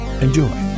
Enjoy